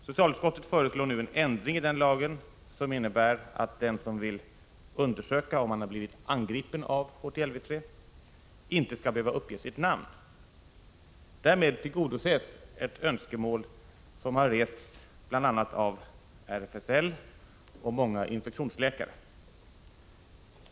Socialutskottet föreslår nu en ändring i lagen som innebär att den som vill undersöka om han har blivit angripen av HTLV-III inte skall behöva uppge sitt namn. Därmed tillgodoses ett önskemål som har rests bl.a. av RFSL och av många infektionsläkare.